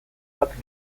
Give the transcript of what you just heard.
bat